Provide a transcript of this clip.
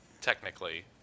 technically